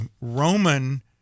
Roman